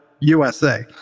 USA